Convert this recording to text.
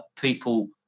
people